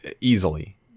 Easily